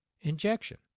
injection